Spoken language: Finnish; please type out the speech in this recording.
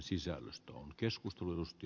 arvoisa puhemies